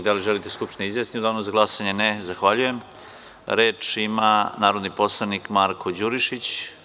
Da li želite da se Skupština izjasni u danu za glasanje? (Ninoslav Girić: Ne.) Reč ima narodni poslanik Marko Đurišić.